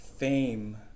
Fame